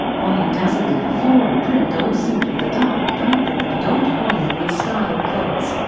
anya dazzled in a floral print gold suit with a dark purple lip and old hollywood style curls